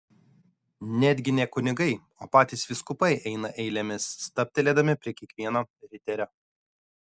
netgi ne kunigai o patys vyskupai eina eilėmis stabtelėdami prie kiekvieno riterio